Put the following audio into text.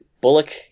Bullock